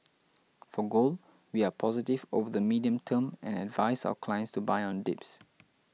for gold we are positive over the medium term and advise our clients to buy on dips